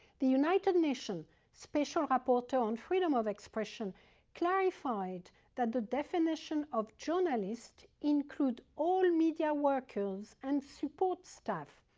the united nations special rapporteur on freedom of expression clarified that the definition of journalists include all media workers and support staff,